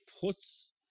puts